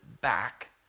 back